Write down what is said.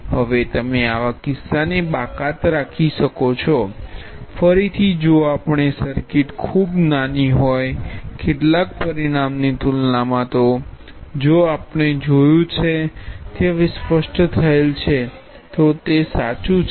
હવે તમે આવા કિસ્સા ને બાકાત રાખી શકો છો ફરીથી જો આપણી સર્કિટ ખૂબ નાની હોય કેટલાક પરિમાણોની તુલનામાં તો જે આપણે જોયુ છે તે હવે સ્પષ્ટ થયેલ છે તો તે સાચું છે